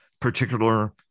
particular